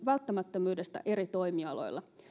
välttämättömyydestä eri toimialoilla